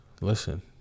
listen